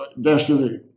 Destiny